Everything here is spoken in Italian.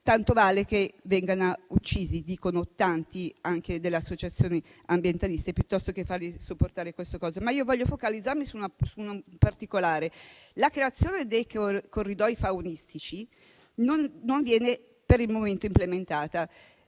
tanto vale che vengano uccisi, come dicono in tanti, anche delle associazioni ambientaliste, piuttosto che fargli sopportare certe condizioni. Vorrei focalizzarmi però su un particolare: la creazione dei corridoi faunistici non viene per il momento implementata.